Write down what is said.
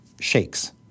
shakes